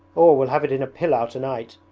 we'll have it in a pilau tonight.